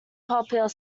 popular